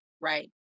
Right